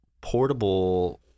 portable